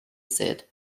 said